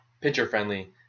pitcher-friendly